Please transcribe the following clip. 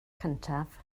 cyntaf